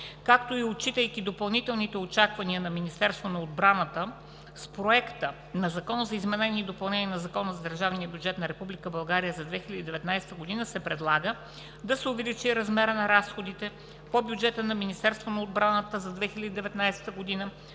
както и отчитайки допълнителните очаквания на Министерството на отбраната, с Проекта на Закон за изменение и допълнение на Закона за държавния бюджет на Република България за 2019 г. се предлага да се увеличи размерът на разходите по бюджета на Министерството на отбраната за 2019 г.